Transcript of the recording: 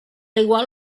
igual